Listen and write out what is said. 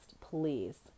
please